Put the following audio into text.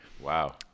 Wow